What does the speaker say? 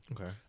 Okay